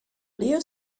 leo